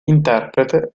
interprete